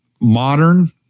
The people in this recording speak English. modern